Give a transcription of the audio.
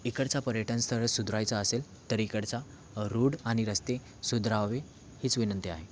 इकडचा पर्यटन स्थळ सुधारायचा असेल तर इकडचा रोड आणि रस्ते सुधारावे हीच विनंती आहे